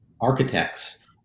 architects